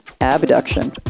abduction